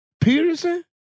Peterson